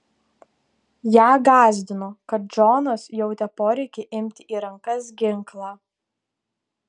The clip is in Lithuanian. ją gąsdino kad džonas jautė poreikį imti į rankas ginklą